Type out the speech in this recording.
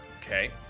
Okay